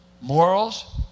Morals